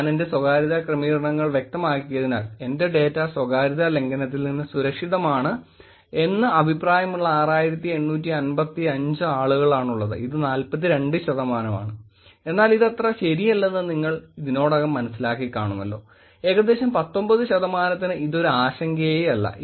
ഞാൻ എന്റെ സ്വകാര്യതാ ക്രമീകരണങ്ങൾ വ്യക്തമാക്കിയതിനാൽ എന്റെ ഡാറ്റ സ്വകാര്യത ലംഘനത്തിൽ നിന്ന് സുരക്ഷിതമാണ് എന്ന് അഭിപ്രായമുള്ള 6855 ആളുകളാണുള്ളത് ഇത് 42 ശതമാനമാണ് എന്നാൽ ഇതത്ര ശരിയല്ലെന്ന് നിങ്ങൾ ഇതിനോടകം മനസിലാക്കി കാണുമല്ലോ ഏകദേശം 19 ശതമാനത്തിന് ഇതൊരു ആശങ്കയേയല്ല